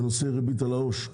בנושא ריבית על העו"ש,